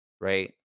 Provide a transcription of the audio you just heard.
right